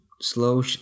slow